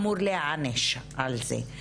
אמור להיענש על זה.